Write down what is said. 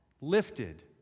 lifted